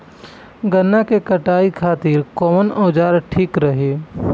गन्ना के कटाई खातिर कवन औजार ठीक रही?